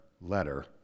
letter